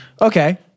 Okay